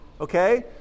Okay